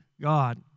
God